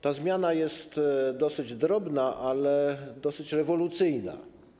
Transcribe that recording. Ta zmiana jest dosyć drobna, ale dosyć rewolucyjna.